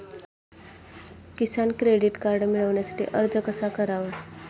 किसान credit card मिळवण्यासाठी अर्ज कसा करावा?